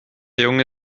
junge